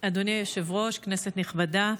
אדוני היושב-ראש, כנסת נכבדה,